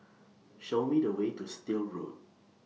Show Me The Way to Still Road